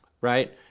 right